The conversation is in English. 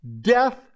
death